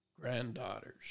granddaughters